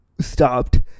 stopped